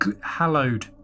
hallowed